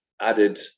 added